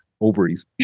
ovaries